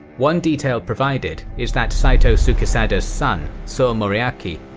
one detail provided is that saito sukesada's son, so moriaki,